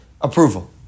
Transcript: approval